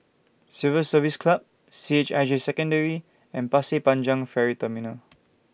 Civil Service Club C H I J Secondary and Pasir Panjang Ferry Terminal